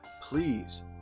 please